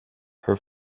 her